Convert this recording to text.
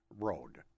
road